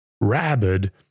rabid